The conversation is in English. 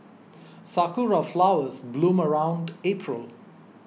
sakura flowers bloom around April